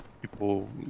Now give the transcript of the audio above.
people